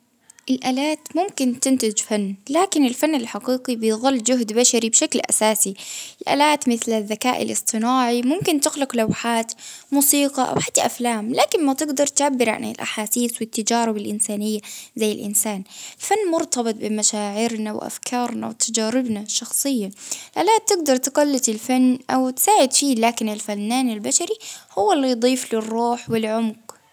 الآلات ممكن تنتج فن، لكن الفن الحقيقي بيظل جهد بشري بشكل أساسي، الآلات مثل الذكاء الإصطناعي ممكن تخلق لوحات، موسيقى أو حتي أفلام لكن ما تقدر تعبر عن الأحاسيس والتجارب الإنسانية زي الإنسان، الفن مرتبط بمشاعرنا وأفكارنا وتجاربنا شخصيا، ألا تقدر تقلد الفن أو تساعد فيه، لكن الفنان البشري هو اللي يضيف له الروح والعمق.